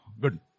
good